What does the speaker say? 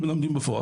מלמדים בפועל.